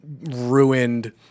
ruined